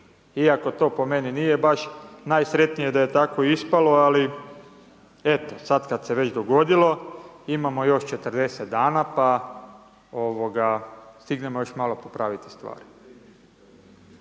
iako to po meni nije baš najsretnije da je tako ispalo, ali, eto, sada kada se već dogodilo, imamo još 40 dana, pa, ovoga, stignemo još malo popraviti stvari.